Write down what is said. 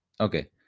okay